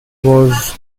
was